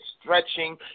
Stretching